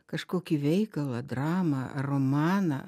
kažkokį veikalą dramą romaną